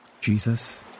Jesus